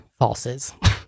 falses